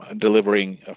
delivering